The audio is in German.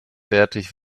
fertig